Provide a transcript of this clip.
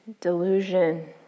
delusion